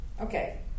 Okay